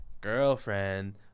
girlfriend